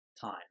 time